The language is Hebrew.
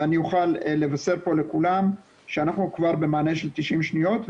ואוכל לבשר כאן לכולם שאנחנו כבר במענה של 90 שניות.